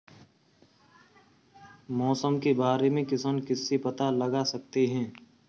मौसम के बारे में किसान किससे पता लगा सकते हैं?